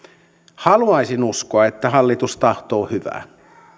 haluaisin uskoa että hallitus tahtoo hyvää